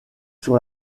sur